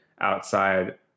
outside